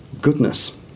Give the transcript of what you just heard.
goodness